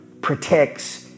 protects